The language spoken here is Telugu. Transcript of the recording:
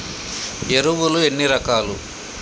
ఎరువులు ఎన్ని రకాలు?